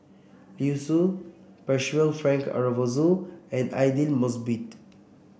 Liu Si Percival Frank Aroozoo and Aidli Mosbit